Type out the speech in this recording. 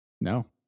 No